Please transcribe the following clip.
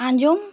ᱟᱸᱡᱚᱢ